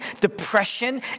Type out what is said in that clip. depression